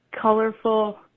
colorful